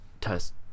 test